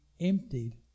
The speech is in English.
emptied